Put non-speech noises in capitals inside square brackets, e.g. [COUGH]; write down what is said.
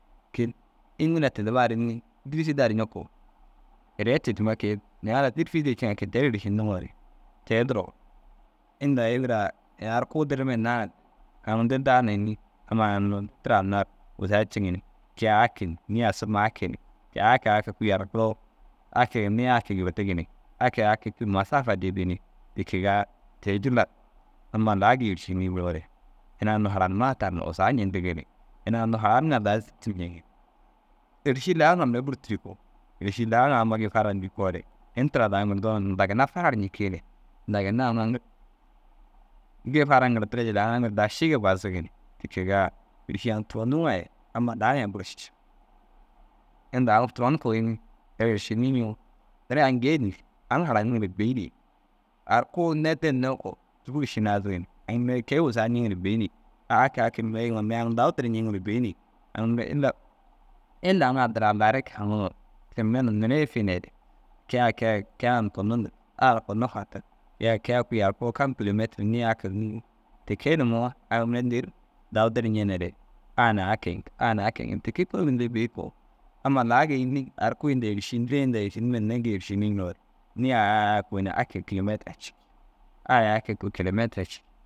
Kei înni na tidimaar înni dîfidar ñikuu hiriye tidimme ke niĩya ara dîrfidi ciiŋa ke ter êršindiŋoore. Tee duro inda ibira ini ar kuu dirimme hinnaa na aŋ dîdda na înni amma unnu addira amma tira ammar wusaa ceŋgi ni kei a a ke ni niĩ a surma a ke ni kei a a ke kui yarkuroo a ke ni niĩ a ke girdigi ni a ke a ke kui masafa dîdii ni. Te kegaa te jillar amma laa gii êršiniñoore ina ai unnu haranma tarni wusaa ñendig ina unnu haraniŋa daa zittin ñeeg ni. Êrši laa ŋa mire bur tirini ko, êrši laa ŋa amma gii farar ñikoore in tira daa ŋirdoo ninda ginna farar ñikii ni ninda ginna aŋ [HESITATION] aŋire. Gii farar ŋirdi re jillar aŋ aŋire daa šîge bazig ni te kegaa. Êrši aŋ turon nuwa ai amma daa ŋa bur šiša. Inda aŋ turon ko înni ere êršini ŋoo noore aŋ gee elni aŋ haraniŋi re bêi ni. Ar kûu nedde hinnoo ko rûgur ši naazigi ni aŋ mire kei wusaa ñenigire bêi a a ke a ke mire yiŋoo dawu dir ñeŋire bêi ni aŋ mire illa. Illa aŋ addira alare ke haŋuŋo te mire noore i finere ke ai ke ai kei a unnu kunno ndig a kunno fatig ke ai ke ar kui kam kilemetire niĩ a ke te ke numoo aŋ mire dêri dawu dir ñenere a na ke a na ke iŋ te ke kôomil dir bêi ko. Amma laa gii înni ar kui inda êršin dîre inda êršinimme hinne gii êršini ñoore niĩ a a niĩ a kui kilemetira cikii